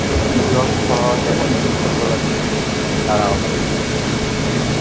ᱫᱚᱥ ᱯᱚᱱᱨᱚ ᱡᱟᱭᱜᱟ ᱫᱚ ᱯᱷᱩᱴᱵᱚᱞ ᱜᱟᱛᱮᱜ ᱛᱮᱜᱮ ᱫᱟᱬᱟᱣ ᱠᱟᱫᱟ